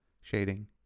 shading